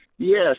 Yes